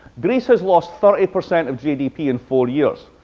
greece has lost thirty percent of gdp in four years.